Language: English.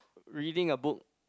reading a book